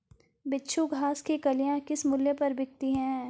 बिच्छू घास की कलियां किस मूल्य पर बिकती हैं?